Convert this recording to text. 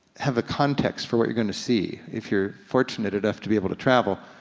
have a context for what you're gonna see, if you're fortunate enough to be able to travel,